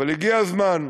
אבל הגיע הזמן,